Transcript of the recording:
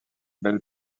belles